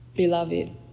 Beloved